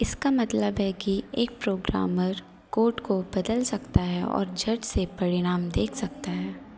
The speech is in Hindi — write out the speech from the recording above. इसका मतलब है कि एक प्रोग्रामर कोड को बदल सकता है और झट से परिणाम देख सकता है